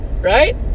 Right